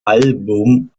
album